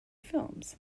films